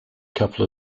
couple